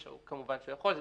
כמובן שהוא יכול.